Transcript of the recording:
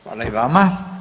Hvala i vama.